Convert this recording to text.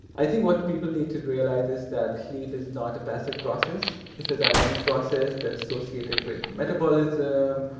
i think what people need to realize is that sleep is not a passive process. it's a dynamic process that's associated with metabolism,